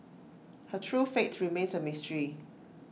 her true fate remains A mystery